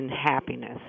happiness